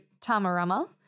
Tamarama